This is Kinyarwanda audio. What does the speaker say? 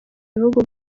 ibihugu